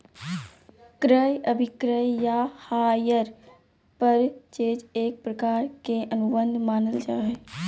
क्रय अभिक्रय या हायर परचेज एक प्रकार के अनुबंध मानल जा हय